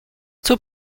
two